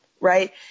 right